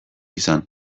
izan